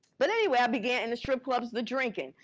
but anyway, i began in the strip clubs, the drinking.